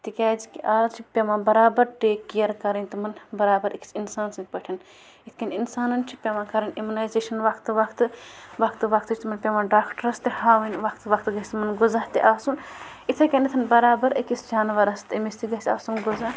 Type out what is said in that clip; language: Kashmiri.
تِکیٛازکہِ آز چھِ پٮ۪وان بَرابَر ٹیک کِیَر کَرٕنۍ تمَن بَرابَر أکِس اِنسان سٕنٛدۍ پٲٹھۍ یِتھ کٔنۍ اِنسانَن چھِ پٮ۪وان کَرٕنۍ اِمنَیزیشَن وقتہٕ وقتہٕ وقتہٕ وقتہٕ چھِ تمَن پٮ۪وان ڈاکٹَرَس تہِ ہاوٕنۍ وقتہٕ وقتہٕ گژھِ تمَن غزا تہِ آسُن اِتھَے کٔنٮ۪تھَن بَرابَر أکِس جانوَرَس تیٚمِس تہِ گژھِ آسُن غزا